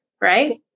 Right